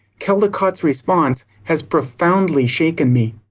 caldicott's response has profoundly shaken me.